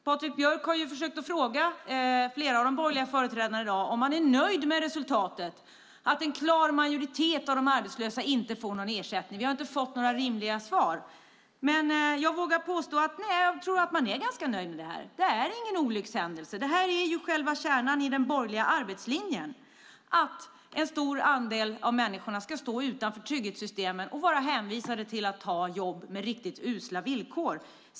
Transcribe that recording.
Patrik Björck har försökt fråga flera av de borgerliga företrädarna i dag om de är nöjda med resultatet när en klar majoritet av de arbetslösa inte får någon ersättning. Vi har inte fått några rimliga svar, men jag tror att man är ganska nöjd med det här. Det är ingen olyckshändelse. Det är själva kärnan i den borgerliga arbetslinjen att en stor andel av människorna ska stå utanför trygghetssystemen och vara hänvisade till att ta jobb med riktigt usla villkor.